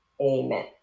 Amen